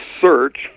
search